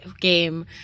game